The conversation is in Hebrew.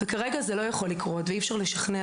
וכרגע זה לא יכול לקרות ואי אפשר לשכנע